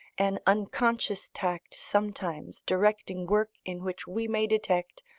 an unconscious tact sometimes directing work in which we may detect,